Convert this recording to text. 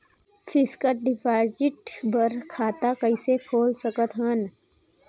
Fixed deposit बर खाता कइसे खोल सकत हन?